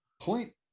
Point